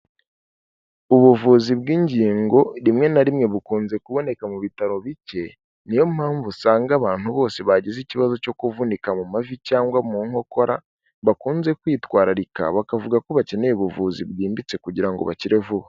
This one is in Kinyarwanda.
Ubuvuzi bw'ingingo rimwe na rimwe bukunze kuboneka mu bitaro bike, niyo mpamvu usanga abantu bose bagize ikibazo cyo kuvunika mu mavi cyangwa mu nkokora, bakunze kwitwararika bakavuga ko bakeneye ubuvuzi bwimbitse kugirango bakire vuba.